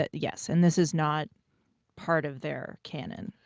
ah yes. and this is not part of their cannon.